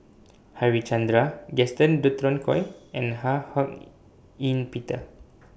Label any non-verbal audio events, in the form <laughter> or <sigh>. Harichandra Gaston Dutronquoy and Ho Hak <hesitation> Ean Peter